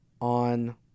on